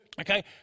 okay